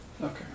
Okay